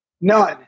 none